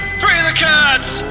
free the cats!